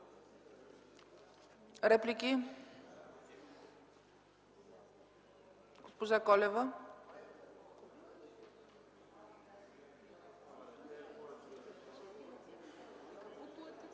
Реплики? Госпожа Колева,